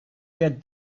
get